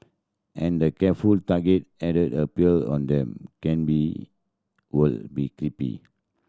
and the careful targeted added appear on them can be be creepy